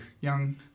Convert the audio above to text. young